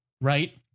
right